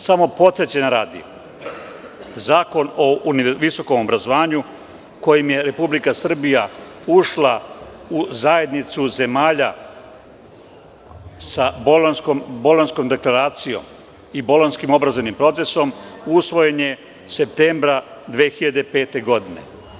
Samo podsećanja radi, Zakon o visokom obrazovanju kojim je Republika Srbija ušla u zajednicu zemalja sa Bolonjskom deklaracijom i bolonjskim obrazovnim procesom, usvojen je septembra 2005. godine.